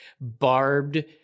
barbed